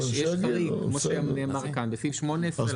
יש חריג כמו שנאמר כאן בסעיף 18 יש חריג.